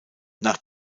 nach